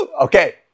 Okay